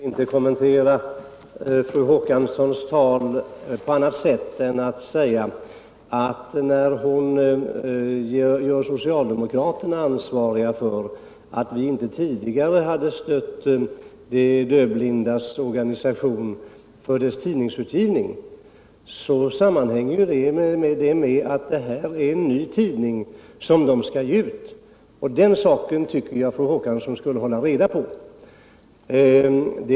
Herr talman! Fru Håkansson gör socialdemokraterna ansvariga för att inte tidigare ha stött de dövblindas organisation för dess tidningsutgivning. Jag tänker inte kommentera det på annat sätt än att det sammanhänger med att det är fråga om en ny tidning som organisationen skall ge ut. Den saken tycker jag att fru Håkansson borde ha hållit reda på.